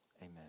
amen